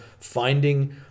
finding